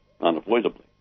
unavoidably